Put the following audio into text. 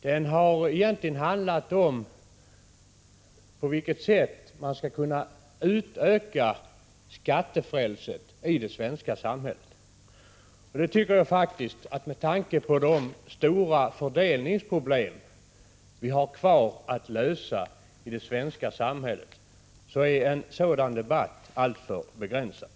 Den har egentligen handlat om på vilket sätt man skall kunna utöka skattefrälset i det svenska samhället. Med tanke på de stora fördelningsproblem vi har kvar att lösa i det svenska samhället är en sådan Prot. 1985/86:127 debatt alltför begränsad.